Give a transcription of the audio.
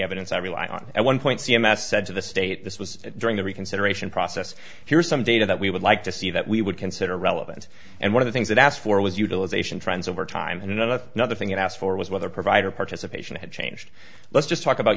evidence i rely on at one point c m s said to the state this was during the reconsideration process here's some data that we would like to see that we would consider relevant and one of the things that i asked for was utilization trends over time and enough another thing it asked for was whether provider participation had changed let's just talk about